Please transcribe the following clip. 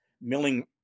milling